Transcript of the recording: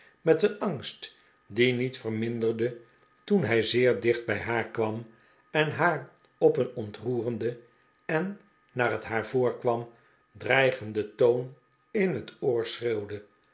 met een angst die niet verminderde toen hij zeer dicht bij haar kwam en haar op een ontroerenden en naar het haar voorkwam dreigenden toon in het oor